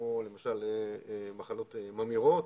כמו למשל מחלות ממאירות,